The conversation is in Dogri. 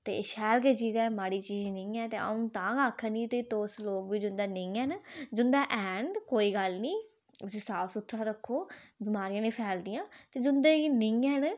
ते शैल गै चीज़ ऐ माड़ी चीज निं ऐ अं'ऊ तां गै आखनी ते लोक ओह्बी ऐ जिं'दा नेईं ऐ ते ओह्बी है उसी साफ सुथरा रक्खो ते जिं'दे निं हैन